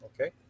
okay